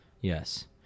Yes